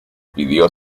pidió